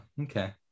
okay